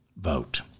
vote